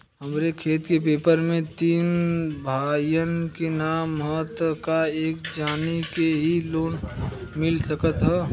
हमरे खेत के पेपर मे तीन भाइयन क नाम ह त का एक जानी के ही लोन मिल सकत ह?